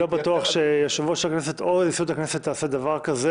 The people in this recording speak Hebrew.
אני לא בטוח שיושב-ראש הכנסת או נשיאות הכנסת יעשו דבר כזה.